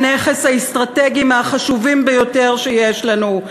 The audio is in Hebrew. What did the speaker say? הנכס האסטרטגי מהחשובים ביותר שיש לנו,